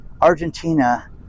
Argentina